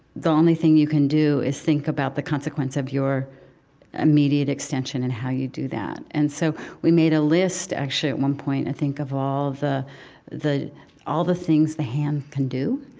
the only thing you can do is think about the consequence of your immediate extension and how you do that. and so, we made a list, actually, at one point, i think of all the the all the things the hand can do.